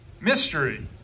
Mystery